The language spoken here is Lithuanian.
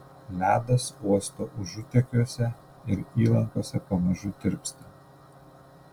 ledas uosto užutekiuose ir įlankose pamažu tirpsta